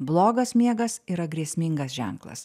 blogas miegas yra grėsmingas ženklas